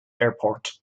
airport